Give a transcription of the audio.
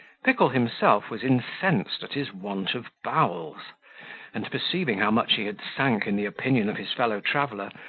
pickle himself was incensed at his want of bowels and, perceiving how much he had sank in the opinion of his fellow-traveller,